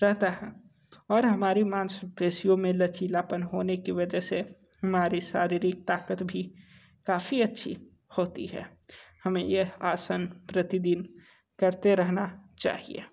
रहता है और हमारी मांसपेशियों में लचीलापन होने की वजह से हमारी शारीरिक ताक़त भी काफ़ी अच्छी होती है हमें यह आसन प्रतिदिन करते रहना चाहिए